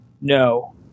No